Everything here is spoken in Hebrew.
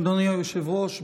אדוני היושב-ראש,